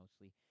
mostly